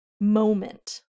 moment